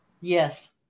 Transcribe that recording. Yes